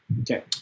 Okay